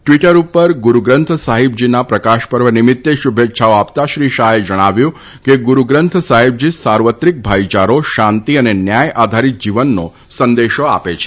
Twitter ઉપર ગુરૂગ્રંથ સાહિબજીના પ્રકાશપર્વ નિમિત્તે શુભેચ્છાઓ આપતા શ્રી શાહે જણાવ્યું હતું કે ગુરૂ ગ્રંથ સાહિબજી સાર્વત્રિક ભાઇચારો શાંતિ અને ન્યાય આધારિત જીવનનો સંદેશો આપે છે